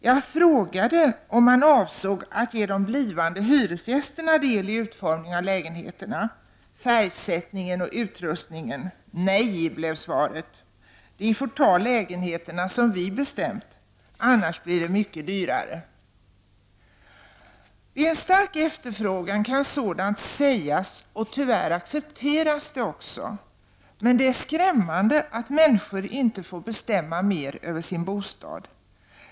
Jag frågade om man avsåg att ge de blivande hyresgästerna någon del i utformningen av lägenheterna, färgsättningen och utrustningen. Nej, blev svaret -- de får ta lägenheterna som vi bestämt dem, annars blir det mycket dyrare! Vid en stark efterfrågan kan sådant sägas, och tyvärr accepteras det också. Men det är skrämmande att människor inte får bestämma mer över sin bostad.